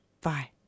Bye